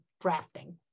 drafting